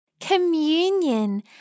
Communion